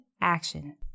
action